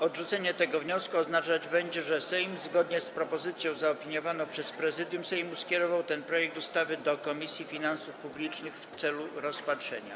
Odrzucenie tego wniosku oznaczać będzie, że Sejm, zgodnie z propozycją zaopiniowaną przez Prezydium Sejmu, skierował ten projekt ustawy do Komisji Finansów Publicznych w celu rozpatrzenia.